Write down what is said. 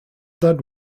that